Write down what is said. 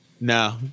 No